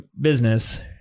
business